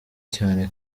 cyanee